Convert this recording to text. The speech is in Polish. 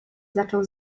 zaczął